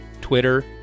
Twitter